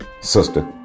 sister